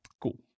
Cool